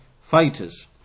fighters